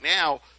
now